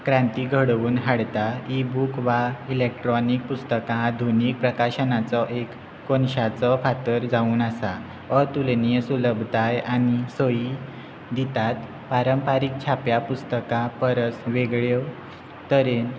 क्रांती घडोवन हाडता इबूक वा इलेक्ट्रोनीक पुस्तकां धुनी प्रकाशनाचो एक कोनशाचो फातर जावन आसा अतुलनीय सुलभताय आनी सोयी दितात पारंपारीक छाप्या पुस्तकां परस वेगळ्यो तरेन